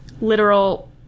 literal